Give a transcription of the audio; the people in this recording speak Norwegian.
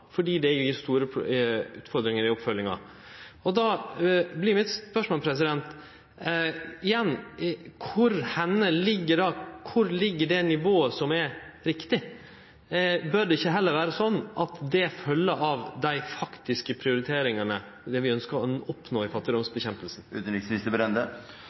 det gjev store utfordringar i oppfølginga. Då vert mitt spørsmål igjen: Kvar ligg det nivået som er rett? Bør det ikkje heller vere sånn at det følgjer av dei faktiske prioriteringane og det som vi ønskjer å oppnå i